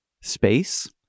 space